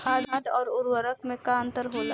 खाद्य आउर उर्वरक में का अंतर होला?